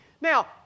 Now